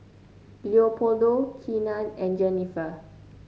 Leopoldo Keenan and Jennifer